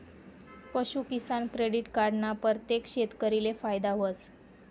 पशूकिसान credit card ना परतेक शेतकरीले फायदा व्हस